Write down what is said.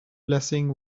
blessing